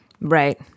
Right